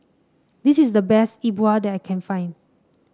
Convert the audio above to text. this is the best Yi Bua that I can find